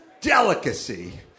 delicacy